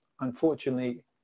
unfortunately